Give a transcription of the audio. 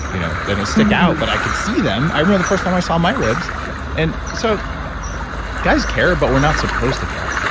you know they don't stick out but i can see them. i remember the first time i saw my ribs and so guys care but we're not supposed to care.